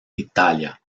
italia